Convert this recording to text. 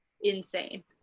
insane